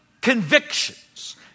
convictions